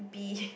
B